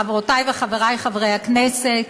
חברותי וחברי חברי הכנסת,